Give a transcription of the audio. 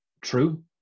true